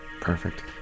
Perfect